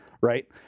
right